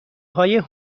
های